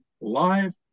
live